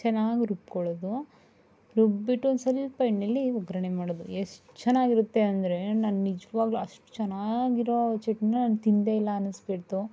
ಚನ್ನಾಗಿ ರುಬ್ಕೊಳ್ಳೋದು ರುಬ್ಬಿಬಿಟ್ಟು ಒಂದು ಸ್ವಲ್ಪ ಎಣ್ಣೇಲಿ ಒಗ್ಗರಣೆ ಮಾಡೋದು ಎಷ್ಟು ಚೆನ್ನಾಗಿರತ್ತೆ ಅಂದರೆ ನಾನು ನಿಜವಾಗ್ಲು ಅಷ್ಟು ಚೆನ್ನಾಗಿರೋ ಚಟ್ನಿನ ನಾನು ತಿಂದೇ ಇಲ್ಲ ಅನ್ಸಿ ಬಿಡ್ತು